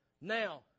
Now